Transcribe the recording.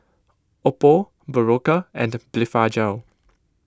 Oppo Berocca and Blephagel